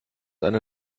eine